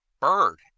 bird